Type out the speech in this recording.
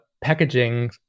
packaging